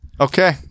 Okay